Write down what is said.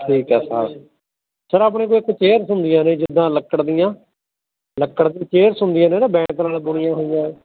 ਠੀਕ ਆ sir sir ਆਪਣੇ ਕੋਲ ਇੱਕ ਚੇਅਰਸ ਹੁੰਦੀਆਂ ਨੇ ਜਿੱਦਾਂ ਲੱਕੜ ਦੀਆਂ ਲੱਕੜ ਦੀ ਚੇਅਰਸ ਹੁੰਦੀਆਂ ਨੇ ਨਾ ਬੈਂਤ ਨਾਲ ਬੁਣੀਆਂ ਹੋਈਆਂ